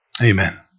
Amen